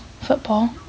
football